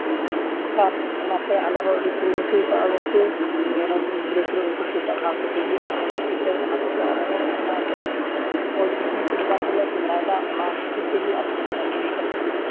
ᱫᱚᱨᱠᱟᱨ ᱚᱱᱟᱛᱮ ᱟᱞᱮ ᱦᱚᱸ ᱟᱹᱰᱤ ᱠᱩᱨᱩᱢᱩᱴᱩᱣ ᱠᱟᱫᱟ ᱜᱚᱢᱠᱮ ᱱᱮᱦᱚᱲ ᱨᱮᱱ ᱜᱤᱫᱽᱨᱟᱹ ᱯᱤᱫᱽᱨᱟᱹ ᱩᱱᱠᱩ ᱠᱚ ᱯᱟᱲᱦᱟᱣ ᱦᱚᱪᱚ ᱠᱚ ᱦᱩᱭᱩᱜᱼᱟ ᱚᱞᱪᱤᱠᱤ ᱛᱮ ᱚᱱᱟ ᱠᱟᱛᱮᱜ ᱟᱞᱮᱦᱚᱸ ᱚᱱᱟ ᱚᱞᱪᱤᱠᱤ ᱥᱮᱱᱴᱟᱨ ᱜᱮᱞᱮ ᱥᱮᱸᱫᱽᱨᱟᱭᱫᱟ ᱚᱱᱟ ᱠᱷᱟᱹᱛᱤᱨ ᱛᱮᱜᱮ ᱟᱢ ᱴᱷᱮᱱ ᱯᱷᱳᱱ ᱦᱩᱭ ᱠᱟᱱᱟ